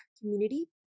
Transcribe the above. community